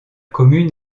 commune